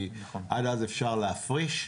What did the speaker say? כי עד אז אפשר להפריש,